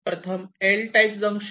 प्रथम L type junction